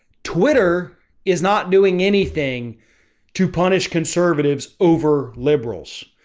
twitter is not doing anything to punish conservatives over liberals.